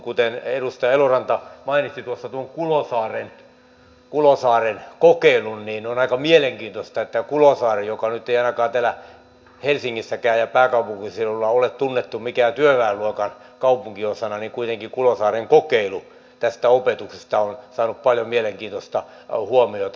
kun edustaja eloranta mainitsi tuossa tuon kulosaaren kokeilun niin on aika mielenkiintoista että kulosaaren joka nyt ei ainakaan täällä helsingissä ja pääkaupunkiseudulla ole tunnettu minään työväenluokan kaupunginosana kokeilu tästä opetuksesta on saanut paljon mielenkiintoista huomiota